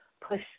push